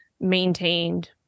maintained